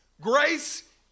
grace